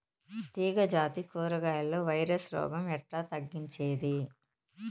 తీగ జాతి కూరగాయల్లో వైరస్ రోగం ఎట్లా తగ్గించేది?